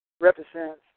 represents